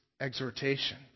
exhortation